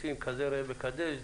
רוצים כזה ראה וקדש,